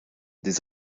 des